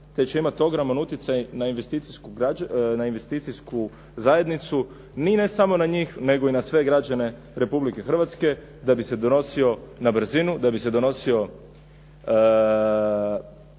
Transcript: te će imati ogroman utjecaj na investicijsku zajednicu, ne samo na njih, nego na sve građane Republike Hrvatske da bi se donosio na brzinu, da bi se donosio